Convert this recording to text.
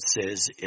says